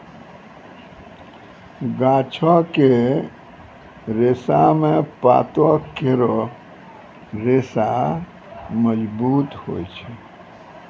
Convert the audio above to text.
गाछो क रेशा म पातो केरो रेशा मजबूत होय छै